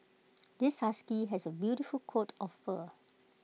this husky has A beautiful coat of fur